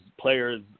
players